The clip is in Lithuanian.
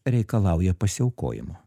reikalauja pasiaukojimo